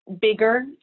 bigger